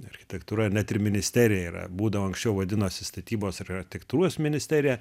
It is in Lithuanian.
architektūra net ir ministerija yra būdavo anksčiau vadinosi statybos ir architektūros ministerija